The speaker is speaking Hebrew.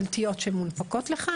הממשלתיות שמונפקות לך,